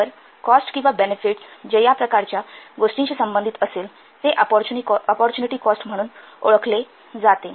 तर कॉस्ट किंवा बेनेफिट्स जे या प्रकारच्या गोष्टींशी संबंधित असेल ते अपॉरच्युनिटी कॉस्ट म्हणून ओळखले जाते